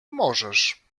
możesz